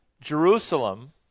Jerusalem